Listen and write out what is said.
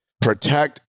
protect